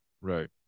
Right